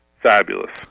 fabulous